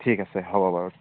ঠিক আছে হ'ব বাৰু